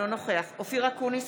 אינו נוכח אופיר אקוניס,